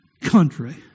country